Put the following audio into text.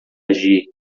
agir